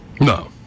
No